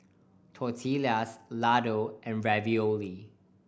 Tortillas Ladoo and Ravioli